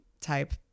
type